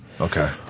Okay